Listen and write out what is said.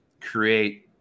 create